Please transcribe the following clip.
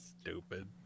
stupid